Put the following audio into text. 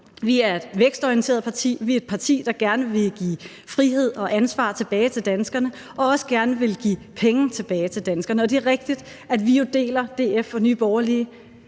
Vi er et vækstorienteret parti, vi er et parti, der gerne vil give frihed og ansvar tilbage til danskerne og også gerne vil give penge tilbage til danskerne. Og det er rigtigt, at vi, DF og Nye Borgerlige,